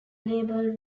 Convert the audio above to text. label